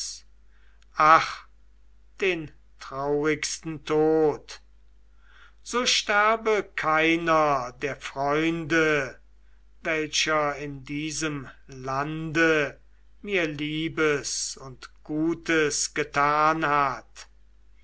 den traurigsten tod so sterbe keiner der freunde welcher in diesem lande mir liebes und gutes getan hat